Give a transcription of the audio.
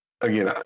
again